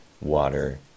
water